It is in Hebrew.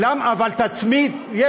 אבל תצמיד.